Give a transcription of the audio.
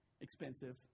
expensive